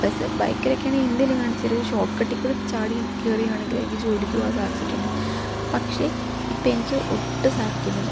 bus ബൈക്കിലൊക്കെയാണെ എന്തെങ്കിലും കാണിച്ചൊരു ഷോർട്ട് കട്ടിൽക്കൂടി ചാടിയങ്ങ് കയറിയാണെങ്കിൽ എനിക്ക് ജോലിക്കു പോകാൻ സാധിച്ചിട്ടുണ്ട് പക്ഷേ ഇപ്പം എനിക്ക് ഒട്ടു സാധിക്കുന്നില്ല